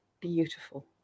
beautiful